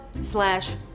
slash